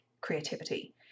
creativity